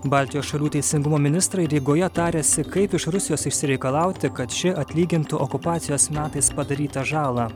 baltijos šalių teisingumo ministrai rygoje tariasi kaip iš rusijos išsireikalauti kad ši atlygintų okupacijos metais padarytą žalą